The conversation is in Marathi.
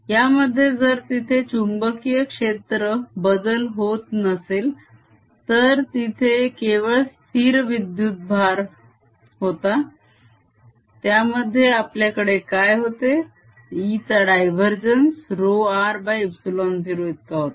यामध्ये जर तिथे चुंबकीय क्षेत्र बदल होत नसेल तर तिथे केवळ स्थिर विद्युत भर होता त्यामध्ये आपल्याकडे काय होते E चा डायवरजेन्स ρrε0 इतका होता